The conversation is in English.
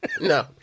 No